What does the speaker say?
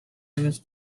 famous